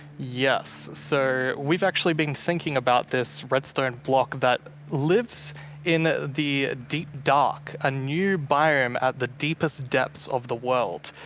yes, so we've actually been thinking about this redstone block that lives in the deep dark, a new biome at the deepest depths of the world.